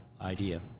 idea